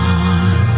on